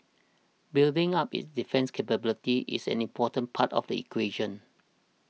building up its defence capabilities is an important part of the equation